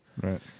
right